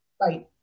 right